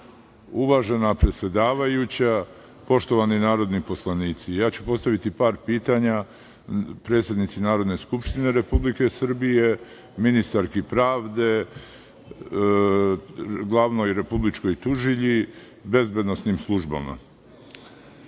uvažena predsedavajuća, poštovani narodni poslanici, postaviću par pitanja predsednici Narodne skupštine Republike Srbije, ministarki pravde, glavnoj republičkoj tužilji i bezbednosnim službama. Umesto